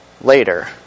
later